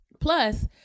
Plus